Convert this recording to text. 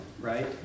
right